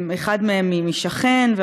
אחד מהם על-ידי שכן,